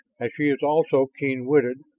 and she is also keen-witted,